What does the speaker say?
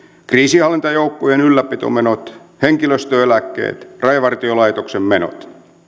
kriisinhallintajoukkojen ylläpitomenot henkilöstöeläkkeet ja rajavartiolaitoksen menot